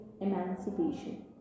emancipation